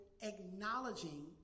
acknowledging